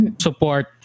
support